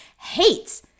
hates